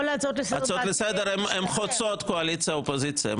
כל ההצעות לסדר --- ההצעות לסדר חוצות קואליציה ואופוזיציה.